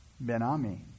Ben-Ami